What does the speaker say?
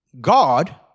God